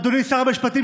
אדוני שר המשפטים,